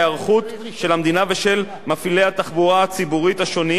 מפעילי התחבורה הציבורית השונים לפעולה במתכונת משולבת,